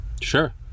Sure